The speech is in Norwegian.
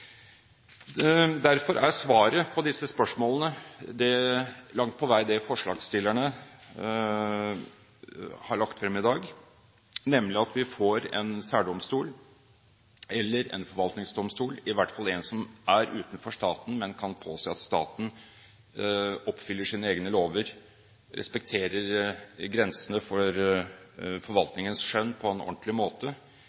Derfor er svaret på disse spørsmålene langt på vei det forslagsstillerne har lagt frem i dag, nemlig at vi får en særdomstol eller en forvaltningsdomstol – i hvert fall en som er utenfor staten, som kan påse at staten oppfyller sine egne lover, respekterer grensene for